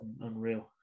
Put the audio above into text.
unreal